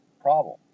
problem